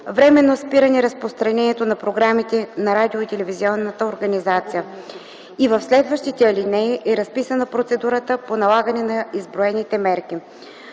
временно спиране разпространението на програмите на радио и телевизионната организация”, и в следващите алинеи е разписана процедурата по налагане на изброените мерки.